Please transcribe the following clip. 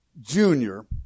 Junior